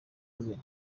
rwe